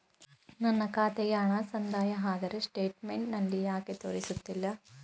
ನನ್ನ ಖಾತೆಗೆ ಹಣ ಸಂದಾಯ ಆದರೆ ಸ್ಟೇಟ್ಮೆಂಟ್ ನಲ್ಲಿ ಯಾಕೆ ತೋರಿಸುತ್ತಿಲ್ಲ?